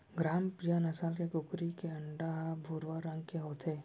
ग्रामप्रिया नसल के कुकरी के अंडा ह भुरवा रंग के होथे